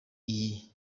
iyi